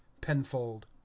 Penfold